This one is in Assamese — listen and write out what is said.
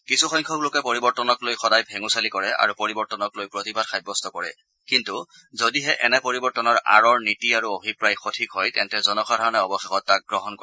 কিছুসংখ্যক লোকে পৰিৱৰ্তনক লৈ সদায় ভেঙুচালি কৰে আৰু পৰিৱৰ্তনক লৈ প্ৰতিবাদ সাব্যস্ত কৰে কিন্তু যদিহে এনে পৰিৱৰ্তনৰ আঁৰৰ নীতি আৰু অভিপ্ৰায় সঠিক হয় তেন্তে জনসাধাৰণে অৱশেষত তাক গ্ৰহণ কৰে